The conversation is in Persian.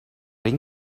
این